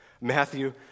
Matthew